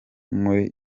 muri